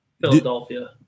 philadelphia